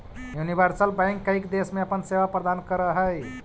universal bank कईक देश में अपन सेवा प्रदान करऽ हइ